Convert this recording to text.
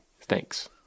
Thanks